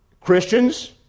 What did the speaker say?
Christians